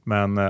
Men